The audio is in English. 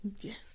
Yes